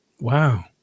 wow